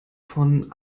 von